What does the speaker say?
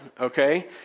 okay